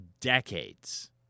decades